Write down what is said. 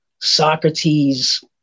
Socrates